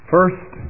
First